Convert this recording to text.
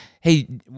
hey